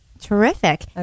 terrific